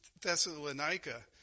Thessalonica